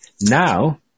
Now